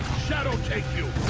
shadow take you!